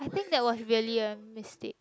think that was really a mistake